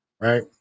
right